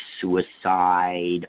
suicide